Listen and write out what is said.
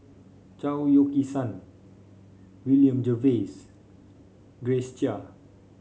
Chao Yoke San William Jervois Grace Chia